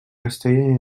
castella